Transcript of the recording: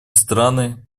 страны